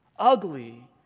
Ugly